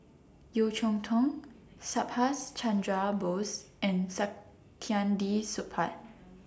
Yeo Cheow Tong Subhas Chandra Bose and Saktiandi Supaat